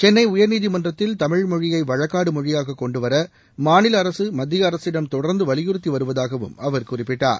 சென்னை உயர்நீதிமன்றத்தில் தமிழ் மொழியை வழக்காடு மொழியாகக் கொண்டுவர மாநில அரசு மத்திய அரசிடம் தொடர்ந்து வலியுறுத்தி வருவதாகவும் அவர் குறிப்பிட்டார்